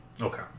Okay